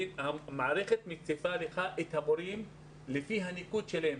המערכת מציעה לך את המורים לפי הניקוד שלהם.